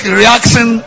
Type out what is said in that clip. reaction